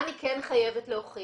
מה אני כן חייבת להוכיח?